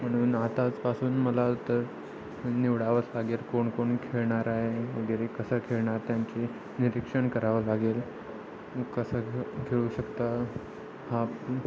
म्हणून आताचपासून मला तर निवडावंच लागेल कोणकोण खेळणार आहे वगैरे कसं खेळणार त्यांची निरीक्षण करावं लागेल कसं खेळू शकता हा